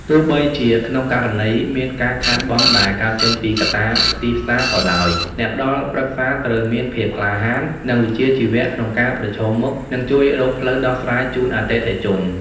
ទោះបីជាក្នុងករណីមានការខាតបង់ដែលកើតចេញពីកត្តាទីផ្សារក៏ដោយ អ្នកផ្ដល់ប្រឹក្សាត្រូវមានភាពក្លាហាន និងវិជ្ជាជីវៈក្នុងការប្រឈមមុខ និងជួយរកផ្លូវដោះស្រាយជូនអតិថិជន។